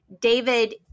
David